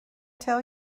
tell